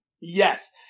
Yes